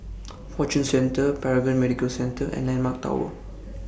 Fortune Centre Paragon Medical Centre and Landmark Tower